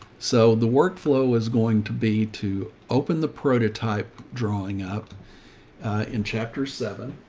so the workflow is going to be to open the prototype, drawing up a in chapter seven,